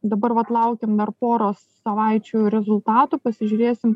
dabar vat laukiam dar poros savaičių rezultatų pasižiūrėsim